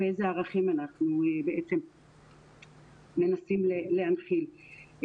ואיזה ערכים אנחנו בעצם מנסים להנחיל.